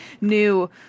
new